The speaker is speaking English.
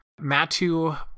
Matu